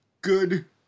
good